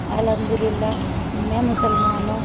الحمد للہ میں مسلمان ہوں